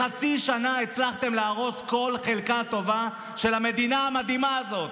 בחצי שנה הצלחתם להרוס כל חלקה טובה של המדינה המדהימה הזאת,